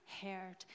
heard